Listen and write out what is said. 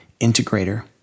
integrator